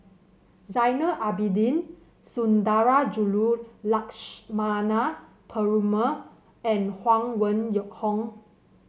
Zainal Abidin Sundarajulu Lakshmana Perumal and Huang Wen Hong